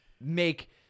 make